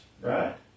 Right